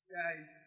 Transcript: Guys